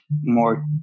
more